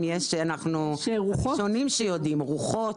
אם יש רוחות - אנחנו הראשונים שיודעים על כך.